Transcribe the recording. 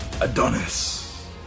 Adonis